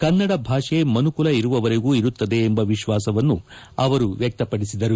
ಕನ್ನಡ ಭಾಷೆ ಮನುಕುಲ ಇರುವವರೆಗೂ ಇರುತ್ತದೆ ಎಂಬ ವಿಶ್ವಾಸವನ್ನು ಅವರು ವ್ಯಕ್ತಪಡಿಸಿದರು